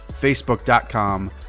facebook.com